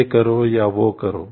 ये करो या वो करो